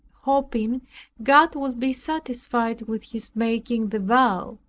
hoping god would be satisfied with his making the vow.